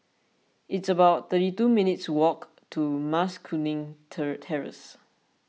it's about thirty two minutes' walk to Mas Kuning Terrace